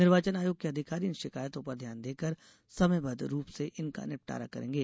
निर्वाचन आयोग के अधिकारी इन शिकायतों पर ध्यान देकर समयबद्ध रूप से इनका निपटारा करेंगे